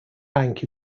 bank